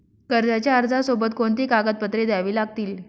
कर्जाच्या अर्जासोबत कोणती कागदपत्रे द्यावी लागतील?